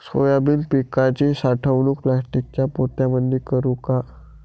Soybean पिकाची साठवणूक प्लास्टिकच्या पोत्यामंदी करू का?